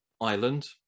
island